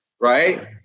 right